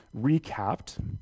recapped